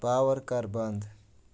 power کر بنٛد